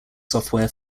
software